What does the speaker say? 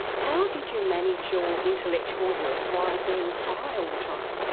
how did you manage your intellectual work while being high all the time?